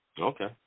Okay